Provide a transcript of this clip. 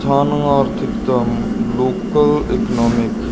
ਸਾਨੂੰ ਆਰਥਿਕਤਾ local economic